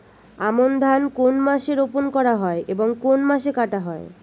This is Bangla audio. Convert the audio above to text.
আমন ধান কোন মাসে রোপণ করা হয় এবং কোন মাসে কাটা হয়?